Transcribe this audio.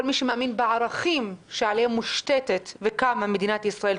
כל מי שמאמין בערכים שעליהם מושתתת וקמה מדינת ישראל,